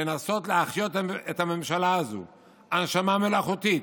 לנסות להחיות את הממשלה הזו בהנשמה מלאכותית,